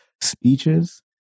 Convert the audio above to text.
speeches